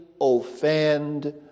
offend